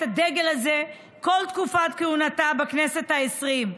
הדגל הזה כל תקופת כהונתה בכנסת העשרים.